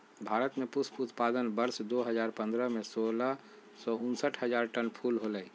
भारत में पुष्प उत्पादन वर्ष दो हजार पंद्रह में, सोलह सौ उनसठ हजार टन फूल होलय